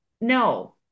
no